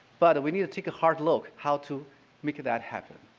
but we need to take a hard look how to make that happen.